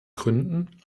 gründen